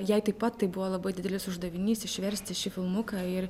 jai taip pat tai buvo labai didelis uždavinys išversti šį filmuką ir